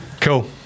Cool